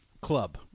Club